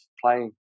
playing